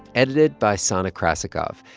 edited by sana krasikov.